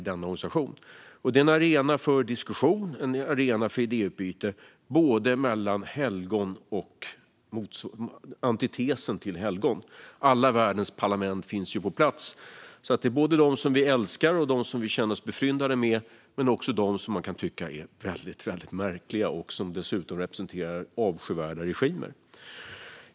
Det är en arena för diskussion och för idéutbyte både mellan helgon och antitesen till helgon. Alla världens parlament finns på plats, både de vi älskar och känner oss befryndade med och de som man kan tycka är väldigt märkliga och som dessutom representerar avskyvärda regimer.